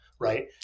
right